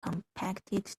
compacted